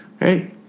Hey